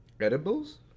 Edibles